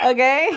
Okay